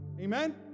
Amen